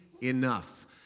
enough